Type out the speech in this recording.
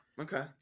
okay